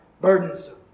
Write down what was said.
burdensome